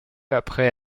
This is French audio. après